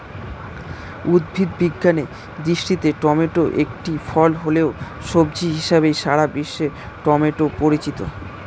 উদ্ভিদ বিজ্ঞানের দৃষ্টিতে টমেটো একটি ফল হলেও, সবজি হিসেবেই সারা বিশ্বে টমেটো পরিচিত